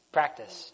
Practice